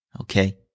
okay